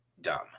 dumb